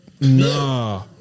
Nah